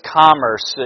commerce